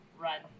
run